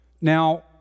Now